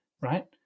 right